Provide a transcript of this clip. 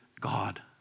God